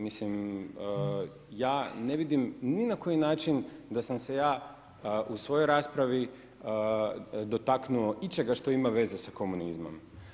Mislim ja ne vidim ni na koji način da sam se ja u svojoj raspravi dotaknuo ičega što ima veze sa komunizmom.